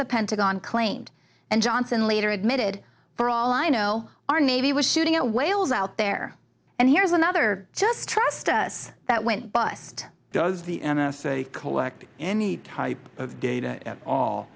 the pentagon claimed and johnson later admitted for all i know our navy was shooting at whales out there and here's another just trust us that went bust does the n s a collect any type of gate at all